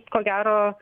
ko gero